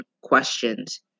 questions